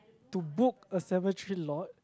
to book a cemetery lot